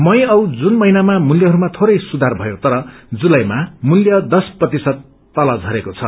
मई आ ेजून महिनामा मूल्यहरूमा धोरै सुधार भयो तर जुलाइमा मूल्य दश प्रतिशत तन झरेको छ